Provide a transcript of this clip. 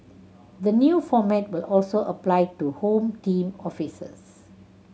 the new format will also apply to Home Team officers